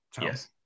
yes